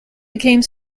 became